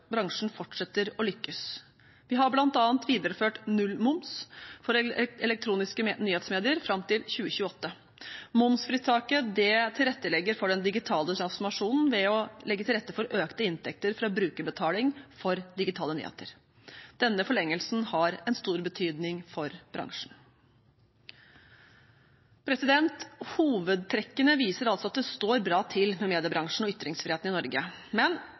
bransjen fortsetter å lykkes. Vi har bl.a. videreført nullmoms for elektroniske nyhetsmedier fram til 2028. Momsfritaket tilrettelegger for den digitale transformasjonen ved å legge til rette for økte inntekter fra brukerbetaling for digitale nyheter. Denne forlengelsen har en stor betydning for bransjen. Hovedtrekkene viser altså at det står bra til med mediebransjen og ytringsfriheten i Norge. Men